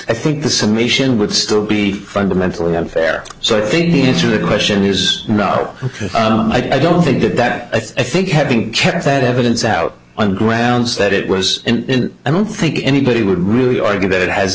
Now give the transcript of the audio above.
i think the summation would still be fundamentally unfair so i think the answer the question is no i don't think that that i think having kept that evidence out on the grounds that it was and i don't think anybody would really argue that it has